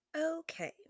Okay